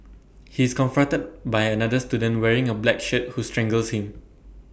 he is confronted by another student wearing A black shirt who strangles him